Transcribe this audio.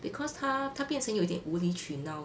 because 她她变成有点无理取闹